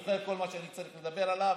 אני זוכר את כל מה שאני צריך לדבר עליו.